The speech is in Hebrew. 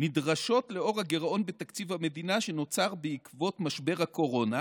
נדרשות לנוכח הגירעון בתקציב המדינה שנוצר בעקבות משבר הקורונה,